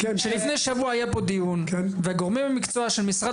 לפני שבוע היה פה דיון, והגורמים במקצוע של משרד